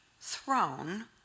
throne